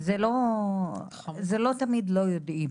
זה לא תמיד לא יודעים.